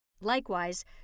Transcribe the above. Likewise